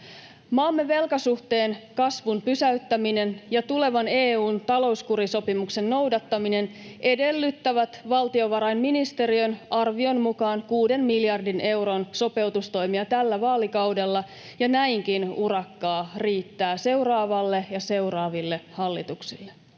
Maamme velkasuhteen kasvun pysäyttäminen ja tulevan EU:n talouskurisopimuksen noudattaminen edellyttävät valtiovarainministeriön arvion mukaan 6 miljardin euron sopeutustoimia tällä vaalikaudella, ja näinkin urakkaa riittää seuraavalle ja seuraaville hallituksille.